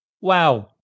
Wow